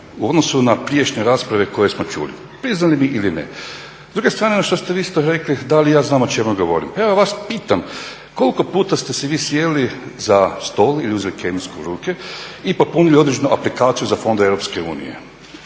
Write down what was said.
u odnosu na prijašnje rasprave koje smo čuli priznali vi ili ne. S druge strane ono što ste vi isto rekli da li ja znam o čemu govorim. Pa ja vas pitam koliko puta ste se vi sjeli za stol i uzeli kemijsku u ruke i popunili određenu aplikaciju za fondove Europske unije.